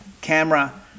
camera